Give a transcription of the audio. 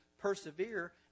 persevere